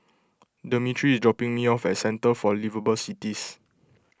Demetri is dropping me off at Centre for Liveable Cities